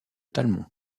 talmont